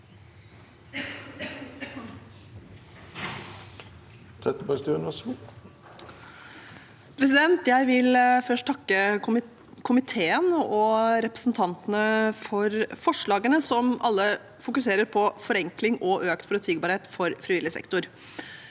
Jeg vil først takke komiteen og representantene for forslagene, som alle fokuserer på forenkling og økt forutsigbarhet for frivillig sektor.